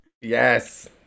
Yes